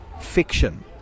fiction